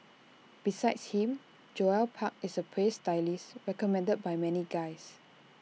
besides him Joel park is A praised stylist recommended by many guys